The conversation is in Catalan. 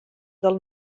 del